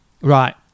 Right